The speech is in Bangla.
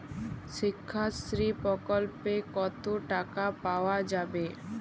শিক্ষাশ্রী প্রকল্পে কতো টাকা পাওয়া যাবে?